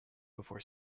before